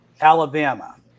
Alabama